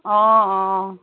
অঁ অঁ